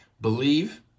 believe